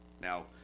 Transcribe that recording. Now